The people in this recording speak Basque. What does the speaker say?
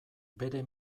bere